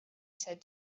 said